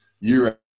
year